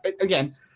again